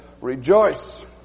rejoice